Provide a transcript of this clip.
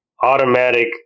automatic